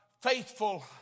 faithful